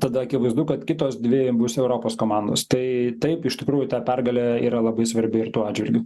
tada akivaizdu kad kitos dvi bus europos komandos tai taip iš tikrųjų ta pergalė yra labai svarbi ir tuo atžvilgiu